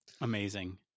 Amazing